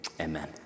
amen